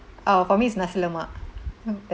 oh for me is nasi lemak